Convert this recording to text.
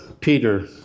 Peter